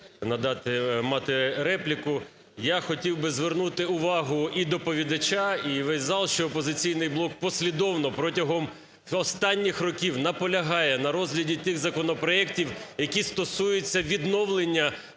надати… мати репліку. Я хотів би звернути увагу і доповідача, і весь зал, що "Опозиційний блок" послідовно протягом останніх років наполягає на розгляді тих законопроектів, які стосуються відновлення